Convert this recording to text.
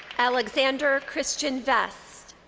alexander christian vest.